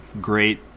great